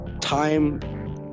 time